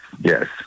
Yes